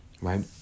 right